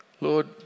Lord